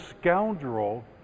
scoundrel